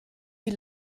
die